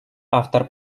автор